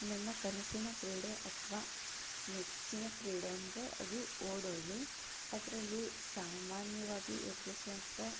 ನನ್ನ ಕನಸಿನ ಕ್ರೀಡೆ ಅಥವಾ ನೆಚ್ಚಿನ ಕ್ರೀಡೆ ಅಂದರೆ ಅದು ಓಡೋದು ಅದರಲ್ಲಿ ಸಾಮಾನ್ಯವಾಗಿ ಎದುರಿಸುವಂಥ